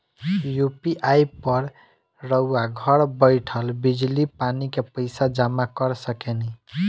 UPI पर रउआ घर बईठल बिजली, पानी के पइसा जामा कर सकेनी